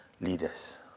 leaders